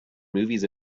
movies